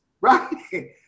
right